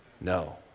No